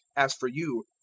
as for you,